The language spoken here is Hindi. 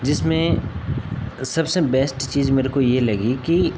जिसमें सबसे बेस्ट चीज मेरे को यह लगी कि